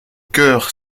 cœur